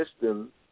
system